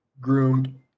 groomed